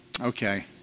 okay